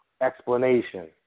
explanation